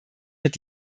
mit